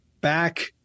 Back